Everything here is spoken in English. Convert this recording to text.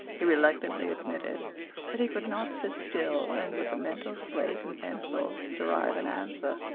he reluctantly admitted that he could not sit still and with a mental slate and pencil derive an answer.